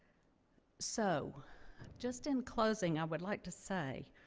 so just in closing, i would like to say,